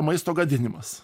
maisto gadinimas